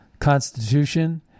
constitution